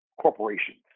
corporations